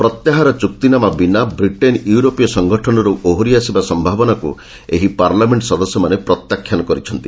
ପ୍ରତ୍ୟାହାର ଚୁକ୍ତିନାମା ବିନା ବ୍ରିଟେନ୍ ୟୁରୋପୀୟ ସଂଗଠନରୁ ଓହରି ଆସିବା ସମ୍ଭାବନାକୁ ଏହି ପାର୍ଲାମେଣ୍ଟ ସଦସ୍ୟମାନେ ପ୍ରତ୍ୟାଖ୍ୟାନ କରିଛନ୍ତି